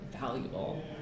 valuable